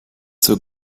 zur